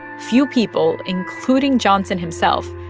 few people, including johnson himself,